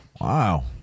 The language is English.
Wow